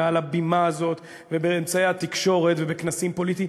מעל הבימה הזאת ובאמצעי התקשורת ובכנסים פוליטיים,